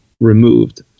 removed